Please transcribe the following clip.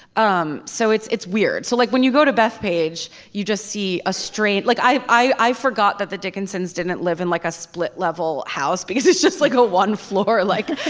um so it's it's weird. so like when you go to bethpage you just see a street like i i forgot that the dickinson's didn't live in like a split level house because it's just like a one floor like.